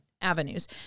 avenues